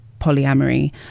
polyamory